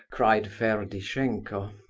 cried ferdishenko.